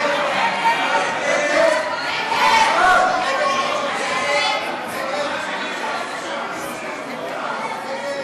להסיר מסדר-היום את הצעת חוק איסור הפליה